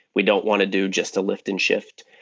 we don't want to do just a lift and shift.